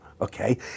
Okay